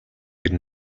ирнэ